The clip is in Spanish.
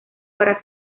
para